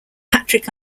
patrick